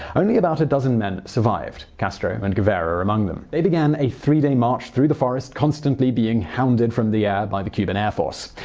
only about a dozen men survived, castro and guevara among them. they began a three day march through the forest, constantly being hounded from the air by the cuban air force.